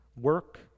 Work